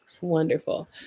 wonderful